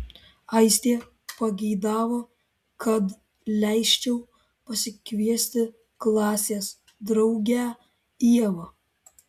aistė pageidavo kad leisčiau pasikviesti klasės draugę ievą